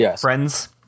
friends